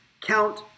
count